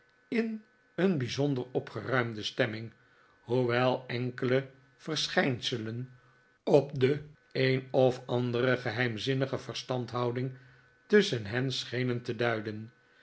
in een bijzonder opgeruimde stemming hoewel enkele verschijnselen op de een of andere geheimzinnige verstandhouding tusschen hen schenen te duiden